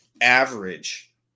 average